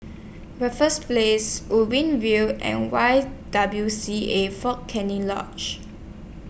Raffles Place Ubi View and Y W C A Fort Canning Lodge